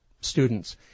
students